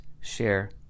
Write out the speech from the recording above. share